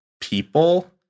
people